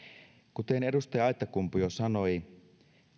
kuten edustaja aittakumpu jo sanoi